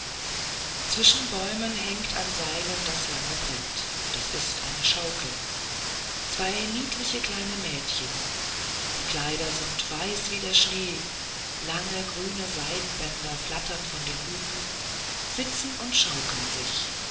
zwischen bäumen hängt an seilen das lange brett das ist eine schaukel zwei niedliche kleine mädchen die kleider sind weiß wie der schnee lange grüne seidenbänder flattern von den hüten sitzen und schaukeln sich